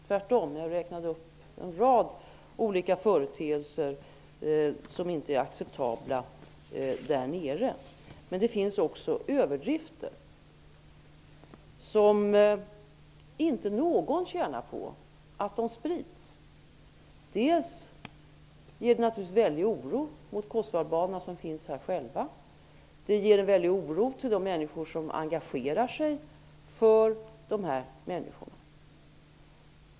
Tvärtom har jag tagit upp en rad oacceptabla företeelser där nerifrån. Men det förekommer också överdrifter, som inte någon tjänar på att sprida. Dels skapar de naturligtvis en väldig oro hos kosovoalbanerna själva, dels skapas oro hos de människor som engagerar sig för dem.